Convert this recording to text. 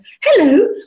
hello